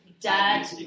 Dad